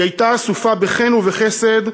היא הייתה עטופה בחן ובחסד,